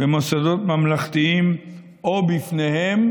במוסדות ממלכתיים או בפניהם